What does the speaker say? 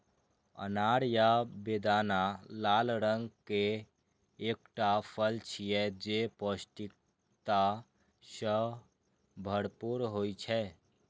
अनार या बेदाना लाल रंग के एकटा फल छियै, जे पौष्टिकता सं भरपूर होइ छै